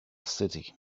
city